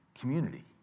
community